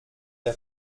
der